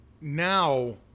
now